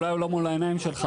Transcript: אולי הוא לא מול העיניים שלך,